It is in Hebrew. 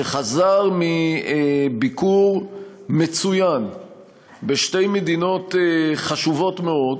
שחזר מביקור מצוין בשתי מדינות חשובות מאוד,